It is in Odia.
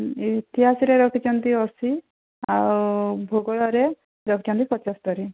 ଇତିହାସରେ ରଖିଛନ୍ତି ଅଶୀ ଆଉ ଭୂଗୋଳରେ ରଖିଛନ୍ତି ପଞ୍ଚସ୍ତରୀ